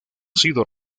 sido